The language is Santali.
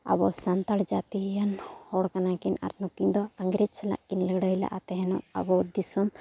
ᱟᱵᱚ ᱥᱟᱱᱛᱟᱲ ᱡᱟᱹᱛᱤᱭᱟᱱ ᱦᱚᱲ ᱠᱟᱱᱟ ᱠᱤᱱ ᱟᱨ ᱱᱩᱠᱤᱱ ᱫᱚ ᱤᱝᱨᱮᱡᱽ ᱥᱟᱞᱟᱜ ᱠᱤᱱ ᱞᱟᱹᱲᱦᱟᱹᱭ ᱞᱟᱜᱼᱟ ᱛᱟᱦᱮᱱᱚᱜ ᱟᱵᱚ ᱫᱤᱥᱚᱢ